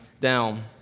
down